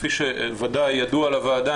כפי שוודאי ידוע לוועדה,